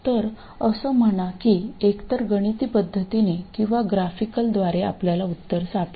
तर असं म्हणा की एकतर गणिती पद्धतीने किंवा ग्राफिकलद्वारे आपल्याला उत्तर सापडेल